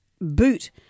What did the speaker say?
boot